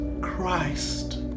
Christ